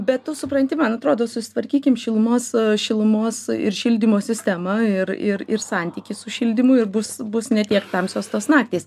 bet tu supranti man atrodo susitvarkykim šilumos šilumos ir šildymo sistemą ir ir ir santykį su šildymu ir bus bus ne tiek tamsios tos naktys